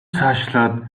цаашлаад